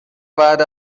بعد